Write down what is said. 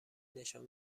نشان